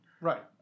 Right